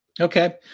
Okay